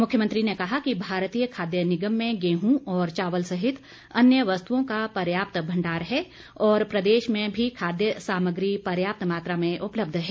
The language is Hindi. मुख्यमंत्री ने कहा कि भारतीय खाद्य निगम में गेहूं और चावल सहित अन्य वस्तुओं का पर्याप्त भंडार है और प्रदेश में भी खाद्य सामग्री पर्याप्त मात्रा में उपलब्ध है